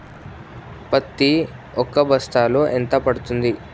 పత్తి ఒక బస్తాలో ఎంత పడ్తుంది?